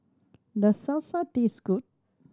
does Salsa taste good